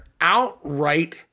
outright